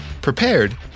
prepared